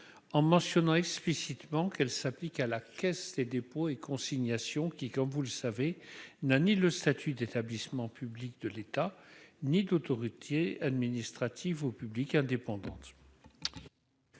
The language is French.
en mentionnant explicitement qu'elle s'applique à la Caisse des dépôts et consignations, qui comme vous le savez, n'a ni le statut d'établissement public de l'État, ni autoroutier administratives au public indépendante.